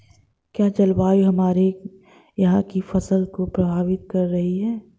क्या जलवायु हमारे यहाँ की फसल को प्रभावित कर रही है?